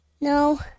No